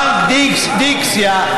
בנק דקסיה,